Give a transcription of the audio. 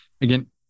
again